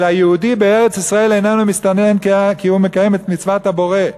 אלא שיהודי בארץ-ישראל איננו מסתנן כי הוא מקיים את מצוות הבורא,